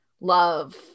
love